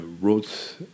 wrote